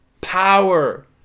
power